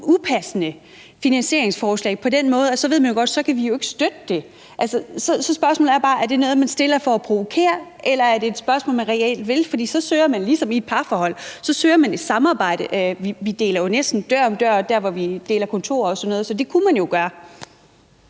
upassende finansieringsforslag – for på den måde ved man jo godt at vi ikke kan støtte det. Så spørgsmålet er bare, om det er noget, man foreslår for at provokere, eller om det er noget, man reelt vil, for så ville man ligesom i et parforhold søge et samarbejde. Vi arbejder jo næsten dør om dør der, hvor vi deler kontorer og sådan noget, så det kunne man jo gøre.